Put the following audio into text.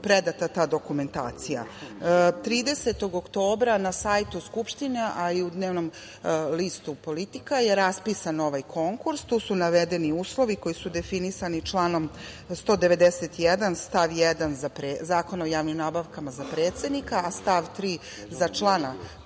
predata ta dokumentacija. Tridesetog oktobra na sajtu Skupštine, a i u dnevnom listu „Politika“ je raspisan konkurs. Tu su navedeni uslovi koji su definisani članom 191. stav 1. Zakona o javnim nabavkama za predsednika, a stav 3. za člana